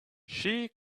she